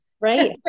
right